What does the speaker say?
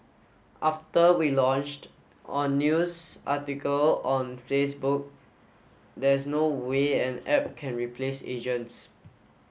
after we launched on news article on Facebook there's no way an app can replace agents